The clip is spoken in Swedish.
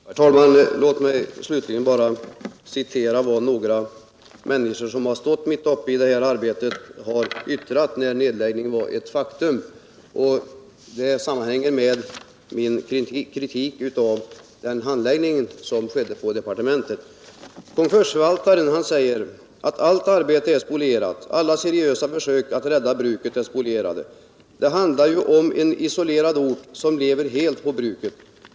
Herr talman! Låt mig slutligen bara citera vad några människor som har stått mitt uppe i detta arbete har yttrat, när nedläggningen var ett faktum. Det sammanhänger med min kritik av den handläggning som skedde i departementet. Konkursförvaltaren säger: ”Allt arbete är spolierat. Alla seriösa försök att rädda bruket är spolierade. Det handlar ju om en isolerad ort som lever helt på bruket.